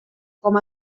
com